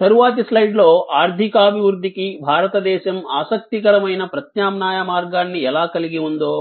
తరువాతి స్లైడ్లో ఆర్థికాభివృద్ధికి భారతదేశం ఆసక్తికరమైన ప్రత్యామ్నాయ మార్గాన్ని ఎలా కలిగి ఉందో